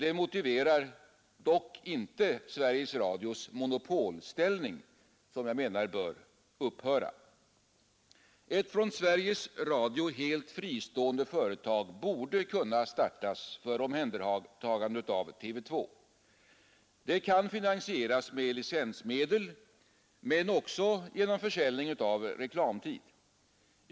Det motiverar dock inte Sveriges Radios monopolställning, som jag anser bör upphöra. Ett från Sveriges Radio helt fristående företag borde kunna startas för omhändertagande av TV 2. Det kan finansieras med licensmedel men också genom försäljning av reklamtid.